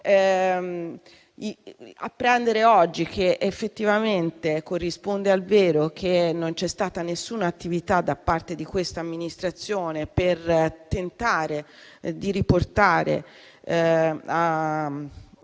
Apprendere oggi che effettivamente corrisponde al vero che non vi è stata alcuna attività da parte di questa amministrazione per tentare di riportare